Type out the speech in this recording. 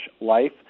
life